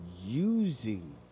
using